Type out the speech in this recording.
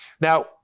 Now